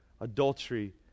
adultery